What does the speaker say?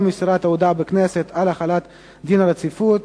מסירת ההודעה בכנסת על החלת דין רציפות,